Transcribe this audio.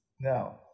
now